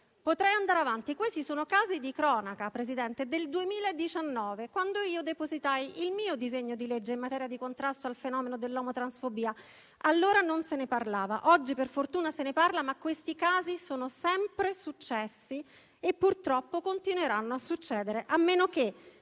Potrei andare avanti. Questi sono casi di cronaca, Presidente, del 2019, quando io depositai il mio disegno di legge in materia di contrasto al fenomeno dell'omotransfobia. Allora non se ne parlava, oggi per fortuna se ne parla, ma questi casi sono sempre successi e purtroppo continueranno a succedere, a meno che